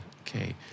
Okay